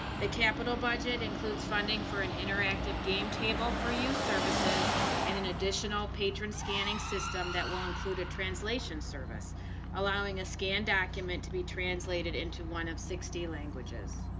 the capital budget includes funding for an interactive game table for you services and an additional patron scanning system that will include a translation service allowing a scanned document to be translated into one of sixty languages.